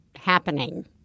happening